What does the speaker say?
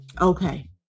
Okay